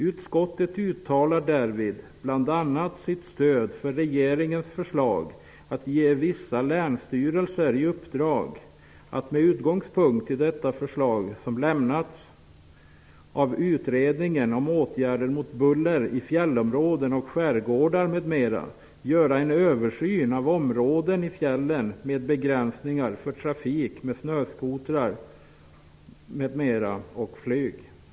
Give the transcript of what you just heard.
Utskottet uttalar därvid bl.a. sitt stöd för regeringens förslag att ge vissa länsstyrelser i uppdrag att, med utgångspunkt i de förslag som lämnats av utredningen om åtgärder mot buller i fjällområden och skärgårdar m.m. --, göra en översyn av områden i fjällen med begränsningar för trafik med snöskotrar m.m. och flyg.''